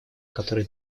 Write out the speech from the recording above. которые